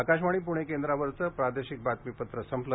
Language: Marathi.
आकाशवाणी पुणे केंद्रावरचं प्रादेशिक बातमीपत्र संपलं